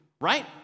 right